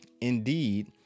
indeed